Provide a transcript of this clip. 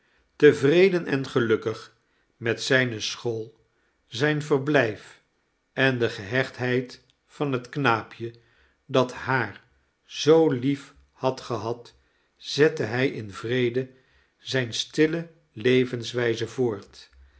tevreden en gelukkig met zijne school zijn verblijf en de gehechtheid van het knaapje dat haar zoo lief had gehad zette hij in vrede zijne stille levenswijze voort